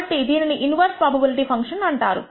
కాబట్టి దీనిని inverse probability function అంటారు